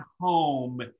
home